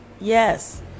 Yes